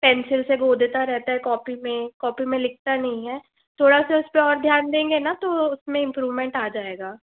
pencil से गोदता रहता है कॉपी में कॉपी में लिखता नहीं है थोड़ा सा उस पे और ध्यान देंगे ना तो उसमें इम्प्रूवमेंट आ जाएगा